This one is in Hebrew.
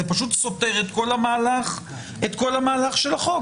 זה פשוט סותר את כל המהלך של החוק,